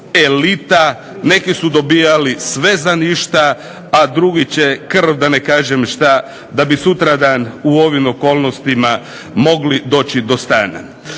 elita. Neki su dobivali sve za ništa, a drugi će krv da ne kažem šta da bi sutradan u ovim okolnostima mogli doći do stana.